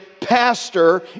pastor